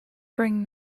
bring